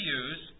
use